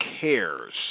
cares